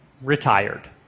retired